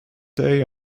day